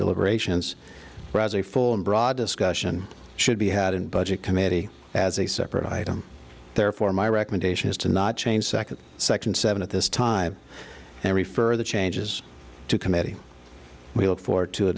deliberations resume full and broad discussion should be had in budget committee as a separate item therefore my recommendation is to not change second section seven at this time and refer the changes to committee we look forward to a